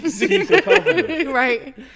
Right